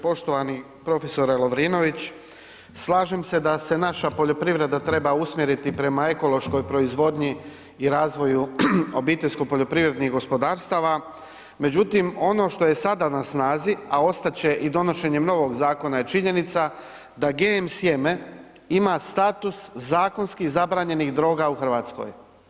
Poštovani profesore Lovrinović, slažem se da se naša poljoprivreda treba usmjeriti prema ekološkoj proizvodnji i razvoju obiteljsko poljoprivrednih gospodarstava, međutim ono što je sada na snazi, a ostat će i donošenjem novog zakona je činjenica da GM sjeme ima status zakonski zabranjenih droga u Hrvatskoj.